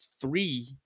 three